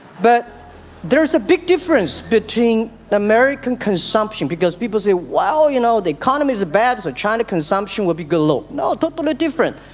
but there's a big difference between the american consumption because people say wow you know the economy is bad so china consumption will be good look no totally different.